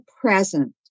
present